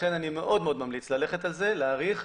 לכן אני מאוד מאוד ממליץ ללכת על זה, להאריך,